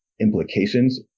implications